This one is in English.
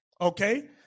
Okay